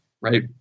right